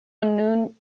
nun